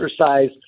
exercise